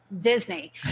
Disney